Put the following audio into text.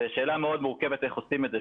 זו שאלה מאוד מורכבת איך עושים את זה,